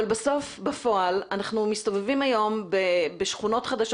בסוף בפועל אנחנו מסתובבים היום בשכונות חדשות